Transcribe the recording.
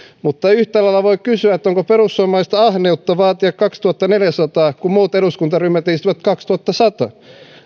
mutta yhtä lailla voi kysyä onko perussuomalaisilta ahneutta vaatia kaksituhattaneljäsataa kun muut eduskuntaryhmät esittävät kaksituhattasata